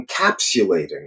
encapsulating